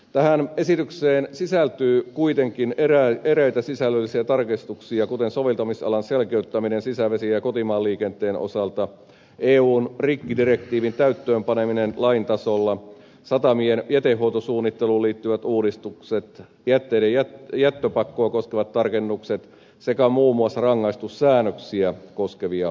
tähän esitykseen sisältyy kuitenkin eräitä sisällöllisiä tarkistuksia kuten soveltamisalan selkeyttäminen sisävesi ja kotimaan liikenteen osalta eun rikkidirektiivin täytäntöön paneminen lain tasolla satamien jätehuoltosuunnitteluun liittyvät uudistukset jätteiden jättöpakkoa koskevat tarkennukset sekä muun muassa rangaistussäännöksiä koskevia tarkennuksia